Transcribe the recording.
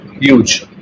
huge